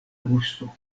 gusto